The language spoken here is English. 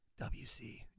WC